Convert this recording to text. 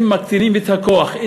אם מקטינים את הכוח,